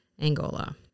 Angola